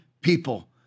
people